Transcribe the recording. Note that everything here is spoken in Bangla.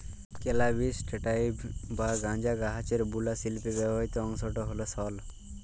ক্যালাবিস স্যাটাইভ বা গাঁজা গাহাচের বুলা শিল্পে ব্যাবহিত অংশট হ্যল সল